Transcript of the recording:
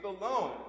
alone